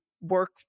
work